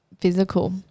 physical